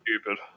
stupid